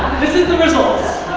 this is the results.